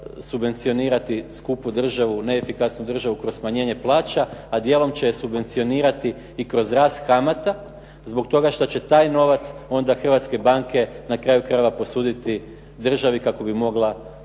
subvencionirati skupu državu, neefikasnu državu kroz smanjenje plaća a djelom će subvencionirati i kroz rast kamata zbog toga što će taj novac onda hrvatske banke na kraju krajeva posuditi državi kako bi mogla